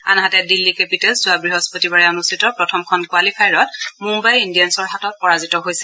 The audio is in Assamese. আনহাতে দিল্লী কেপিটেলচ যোৱা বৃহস্পতিবাৰে অনুষ্ঠিত প্ৰথমখন কোৱালিফায়াৰত মুয়াই ইণ্ডিয়ানছৰ হাতত পৰাজিত হৈছিল